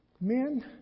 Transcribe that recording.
Men